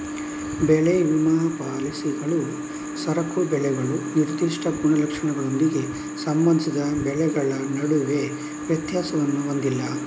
ಬೆಳೆ ವಿಮಾ ಪಾಲಿಸಿಗಳು ಸರಕು ಬೆಳೆಗಳು ನಿರ್ದಿಷ್ಟ ಗುಣಲಕ್ಷಣಗಳೊಂದಿಗೆ ಸಂಬಂಧಿಸಿದ ಬೆಳೆಗಳ ನಡುವೆ ವ್ಯತ್ಯಾಸವನ್ನು ಹೊಂದಿಲ್ಲ